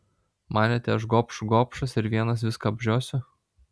manėte aš gobšų gobšas ir vienas viską apžiosiu